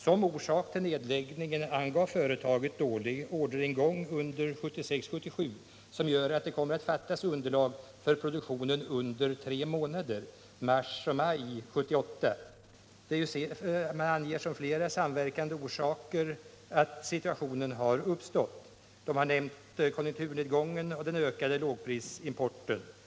Som orsak till nedläggningen angav företaget dålig orderingång under 1976/77, som medför att det kommer att fattas underlag för produktionen under tre månader, mars-maj 1978. Man anger flera samverkande orsaker till att situationen uppstått; konjunkturnedgången och den ökade lågprisimporten har nämnts.